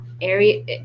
area